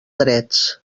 drets